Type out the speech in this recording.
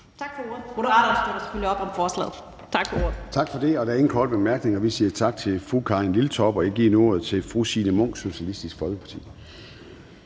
Tak for ordet.